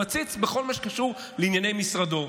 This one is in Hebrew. הוא עציץ בכל מה שקשור לענייני משרדו,